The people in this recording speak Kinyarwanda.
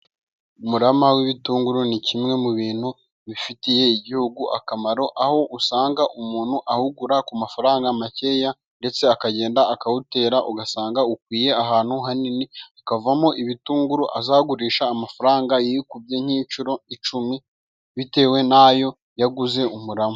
Umurama w'ibitunguru ni kimwe mu bintu bifitiye igihugu akamaro, aho usanga umuntu awugura ku mafaranga makeya ndetse akagenda akawutera ugasanga ukwiye ahantu hanini, ukavamo ibitunguru azagurisha amafaranga yikubye nk'inshuro icumi bitewe n'ayo yaguze umurama.